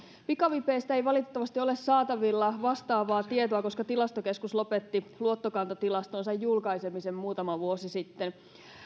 pikavipeistä ei valitettavasti ole saatavilla vastaavaa tietoa koska tilastokeskus lopetti luottokantatilastonsa julkaisemisen muutama vuosi sitten